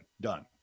done